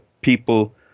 people